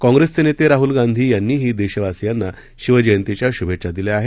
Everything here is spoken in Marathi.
काँप्रेसचे नेते राहूल गांधी यांनीही देशवासीयांना शिवजयंतीच्या शुभेच्छा दिल्या आहेत